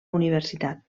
universitat